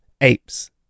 apes